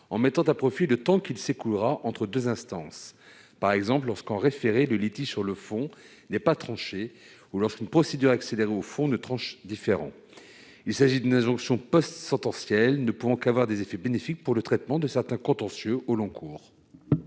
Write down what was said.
en mettant à profit le temps qui s'écoulera entre deux instances. C'est le cas par exemple lorsqu'en référé le litige sur le fond n'est pas tranché ou lorsqu'une procédure accélérée au fond ne tranche pas le différend. Il s'agit d'une injonction post-sentencielle ne pouvant qu'avoir des effets bénéfiques pour le traitement de certains contentieux au long cours.